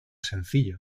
sencillo